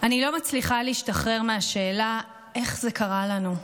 אני לא מצליחה להשתחרר מהשאלה איך זה קרה לנו,